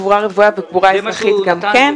בקבורה רוויה ובקבורה אזרחית גם כן.